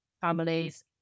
families